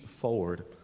forward